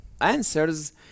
answers